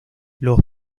los